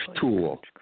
tool